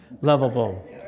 Lovable